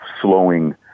slowing